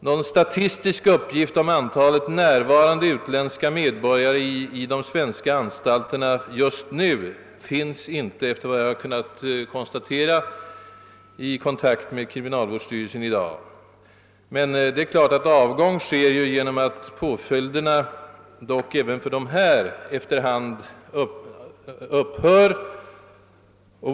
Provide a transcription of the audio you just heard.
Någon statistisk uppgift om antalet utländska medborgare i de svenska anstalterna just nu finns inte efter vad jag har kunnat konstatera vid kontakt med kriminalvårdsstyrelsen i dag, men det är klart att avgång sker genom att påföljderna även för dessa personer efter hand upphör.